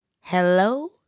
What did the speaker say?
Hello